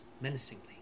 menacingly